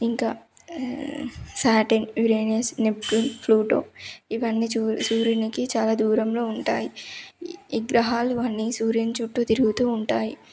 ఇంకా Saturn Uranus Neptune Pluto ఇవన్నీ చూ సూర్యునికి చాలా దూరంలో ఉంటాయి ఈ గ్రహాలు అన్నీ సూర్యుని చుట్టూ తిరుగుతూ ఉంటాయి